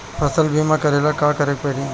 फसल बिमा करेला का करेके पारी?